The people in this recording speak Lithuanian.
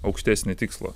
aukštesnį tikslą